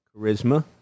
charisma